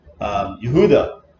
Yehuda